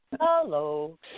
Hello